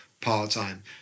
part-time